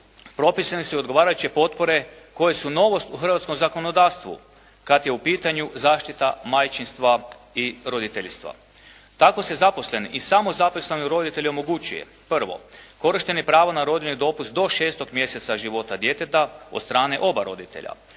propisane su i odgovarajuće potpore koje su novost u hrvatskom zakonodavstvu kad je u pitanju zaštita majčinstva i roditeljstva. Tako se zaposlenom i samo zaposlenom roditelju omogućuje: 1. korištenje prava na rodiljni dopust do 6. mjeseca života djeteta od strane oba roditelja,